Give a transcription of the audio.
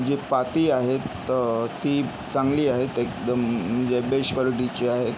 जी पाती आहेत ती चांगली आहेत एकदम म्हणजे बेश कॉलिटीची आहेत